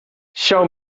show